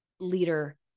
leader